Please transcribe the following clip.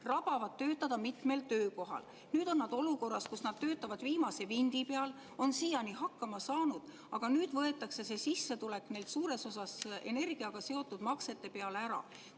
rabavad mitmel töökohal. Nüüd on nad olukorras, kus nad töötavad viimase vindi peal, on siiani hakkama saanud, aga nüüd võetakse see sissetulek neilt suures osas energiaga seotud maksetena ära,